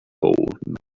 old